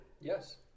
Yes